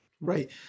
right